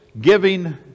giving